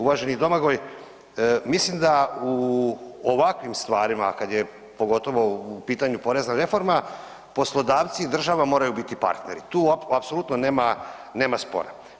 Uvaženi Domagoj mislim da u ovakvim stvarima kad je, pogotovo u pitanju porezna reforma poslodavci i država moraju biti partneri tu apsolutno nema, nema spora.